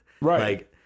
Right